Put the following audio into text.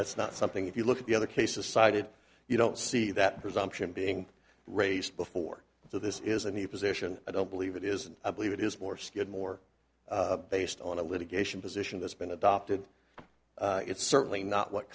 it's not something if you look at the other cases cited you don't see that presumption being raised before so this is a new position i don't believe it is and i believe it is more skewed more based on a litigation position that's been adopted it's certainly not what